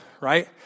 right